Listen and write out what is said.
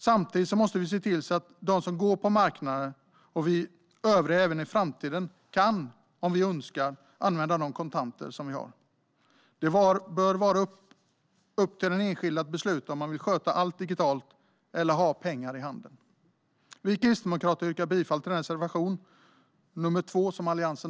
Samtidigt måste vi se till att alla som går på marknader även i framtiden kan använda kontanter om de så önskar. Det bör vara upp till den enskilde att besluta om man vill sköta allt digitalt eller ha pengar i handen. Jag yrkar bifall till reservation 2 från Alliansen.